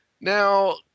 Now